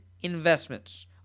investments